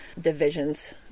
divisions